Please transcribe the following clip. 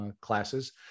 classes